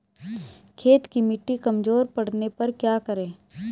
खेत की मिटी कमजोर पड़ने पर क्या करें?